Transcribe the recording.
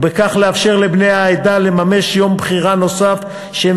ובכך לאפשר לבני העדה לממש יום בחירה נוסף שהם